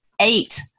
eight